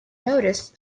notice